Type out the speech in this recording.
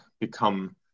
become